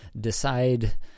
decide